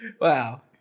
Wow